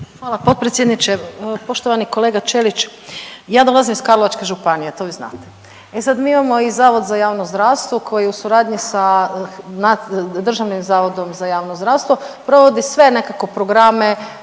Hvala potpredsjedniče. Poštovani kolega Ćelić, ja dolazim iz Karlovačke županije, to vi znate. E sad mi imamo i zavod za javno zdravstvo koji u suradnji sa Državnim zavodom za javno zdravstvo provodi sve nekako programe